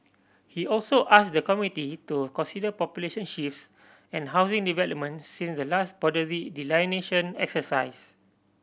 he also asked the committee to consider population shifts and housing developments since the last boundary delineation exercise